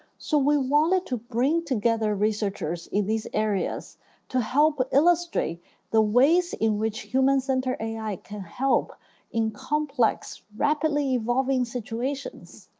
so we wanted to bring together researchers in these areas to help illustrate the ways in which human-centered ai can help in complex, rapidly evolving situations.